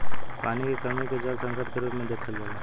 पानी के कमी के जल संकट के रूप में देखल जाला